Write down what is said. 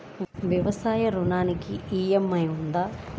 వ్యవసాయ ఋణానికి ఈ.ఎం.ఐ ఉందా?